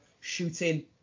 shooting